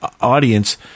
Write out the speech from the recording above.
audience